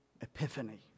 epiphany